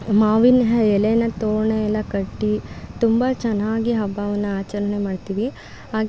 ಮಾವಿನ ಎಲೆನ ತೋರಣ ಎಲ್ಲ ಕಟ್ಟಿ ತುಂಬ ಚೆನ್ನಾಗಿ ಹಬ್ಬವನ್ನು ಆಚರಣೆ ಮಾಡ್ತೀವಿ ಹಾಗೇ